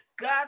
God